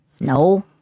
No